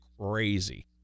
crazy